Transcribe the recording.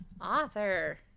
author